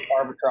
arbitrage